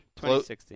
2016